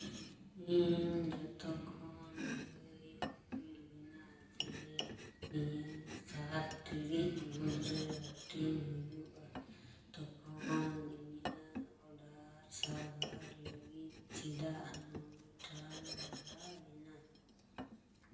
ᱤᱧ ᱡᱚᱛᱚ ᱠᱷᱚᱱ ᱞᱟᱹᱭ ᱦᱩᱭ ᱞᱮᱱᱟ ᱡᱮ ᱱᱤᱭᱟᱹ ᱥᱟᱛ ᱴᱤᱲᱤᱡ ᱢᱩᱫᱽᱨᱮ ᱦᱟᱹᱴᱤᱧ ᱦᱩᱭᱩᱜᱼᱟ ᱛᱚᱠᱷᱚᱱ ᱤᱧᱟᱹᱜ ᱚᱰᱟᱨ ᱥᱟᱨᱵᱷᱟᱨ ᱞᱟᱹᱜᱤᱫ ᱪᱮᱫᱟᱜ ᱱᱚᱭ ᱴᱟᱲᱟᱝ